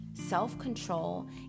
Self-control